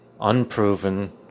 unproven